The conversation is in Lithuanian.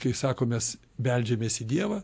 kai sakom mes beldžiamės į dievą